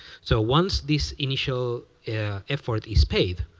so once this initial yeah effort is paid,